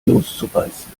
loszureißen